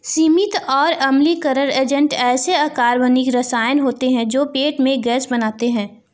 सीमित और अम्लीकरण एजेंट ऐसे अकार्बनिक रसायन होते हैं जो पेट में गैस बनाते हैं